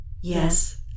Yes